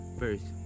first